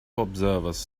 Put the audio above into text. observers